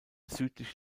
südlich